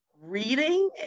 Reading